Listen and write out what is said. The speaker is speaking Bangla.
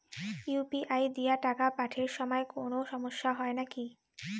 ইউ.পি.আই দিয়া টাকা পাঠের সময় কোনো সমস্যা হয় নাকি?